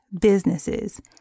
Businesses